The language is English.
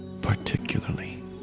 particularly